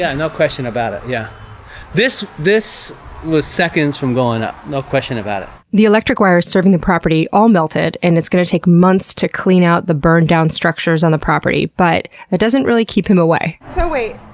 ah no question about it. yeah this this was seconds from going up. no question about it. the electric wires serving the property all melted and it's going to take months to clean out the burned down structures on the property, but that doesn't really keep him away. so wait,